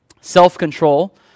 Self-control